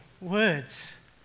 words